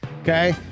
okay